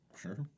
Sure